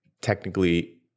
technically